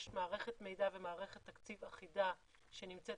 יש מערכת מידע ומערכת תקציב אחידה שנמצאת